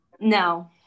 no